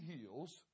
heals